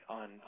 on